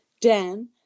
Dan